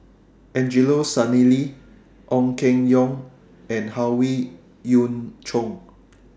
Angelo Sanelli Ong Keng Yong and Howe Yoon Chong